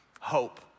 hope